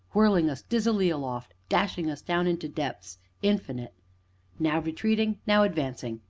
whirling us dizzily aloft, dashing us down into depths infinite now retreating, now advancing,